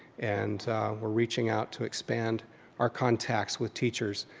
and we're reaching out to expand our contacts with teachers.